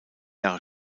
jahre